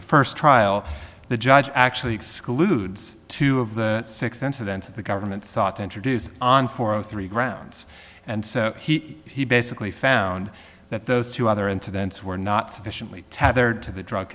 the first trial the judge actually excludes two of the six incidents that the government sought to introduce on four zero three grounds and he basically found that those two other incidents were not sufficiently tethered to the drug